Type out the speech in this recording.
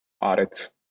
audits